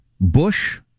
Bush